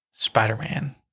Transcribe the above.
Spider-Man